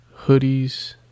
hoodies